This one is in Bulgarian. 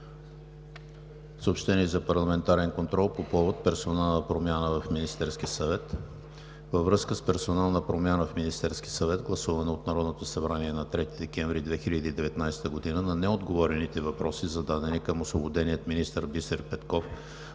Съобщение за парламентарен контрол по повод персонална промяна в Министерския съвет: Във връзка с персонална промяна в Министерския съвет, гласувана от Народното събрание на 3 декември 2019 г., на неотговорените въпроси, зададени към освободения министър Бисер Петков,